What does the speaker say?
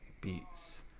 beats